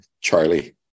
Charlie